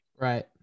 right